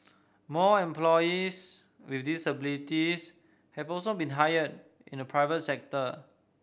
more employees with disabilities have also been hired in the private sector